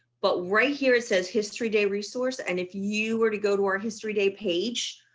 but right here it says history day resource. and if you were to go to our history day page.